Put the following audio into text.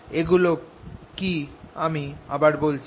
এগুলো কি আমি আবার বলছি